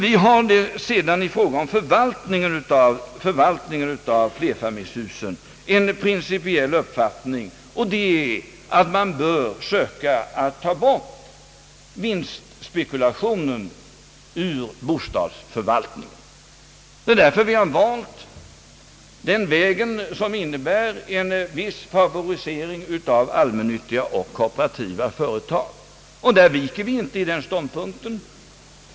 I fråga om förvaltningen av flerfamiljshusen har vi dock den principiella uppfattningen att man bör söka ta bort vinstspekulationen ur bostadsförvaltningen. Det är därför vi har valt den väg som innebär en viss favorisering av allmännyttiga och kooperativa företag. Från den ståndpunkten viker vi inte.